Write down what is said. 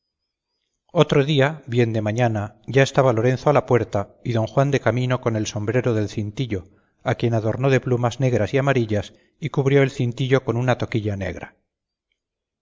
otro día bien de mañana ya estaba lorenzo a la puerta y don juan de camino con el sombrero del cintillo a quien adornó de plumas negras y amarillas y cubrió el cintillo con una toquilla negra